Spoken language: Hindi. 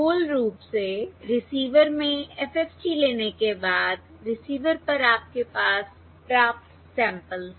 मूल रूप से रिसीवर में FFT लेने के बाद रिसीवर पर आपके पास प्राप्त सैंपल्स हैं